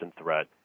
threat